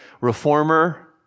reformer